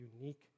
unique